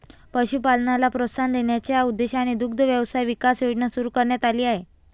पशुपालनाला प्रोत्साहन देण्याच्या उद्देशाने दुग्ध व्यवसाय विकास योजना सुरू करण्यात आली आहे